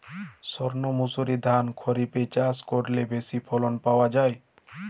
সর্ণমাসুরি ধান খরিপে চাষ করলে বেশি ফলন পাওয়া যায়?